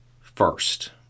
first